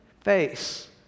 face